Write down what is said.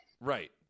Right